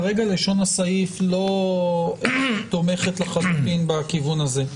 כרגע לשון הסעיף לא תומכת לחלוטין בכיוון הזה,